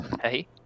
Hey